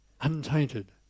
untainted